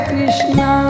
Krishna